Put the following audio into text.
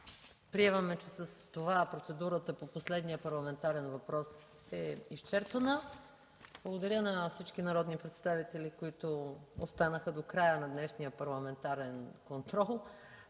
Приемаме, че с това процедурата по последния парламентарен въпрос е изчерпана. Благодаря на всички народни представители, които останаха до края на днешния парламентарен контрол.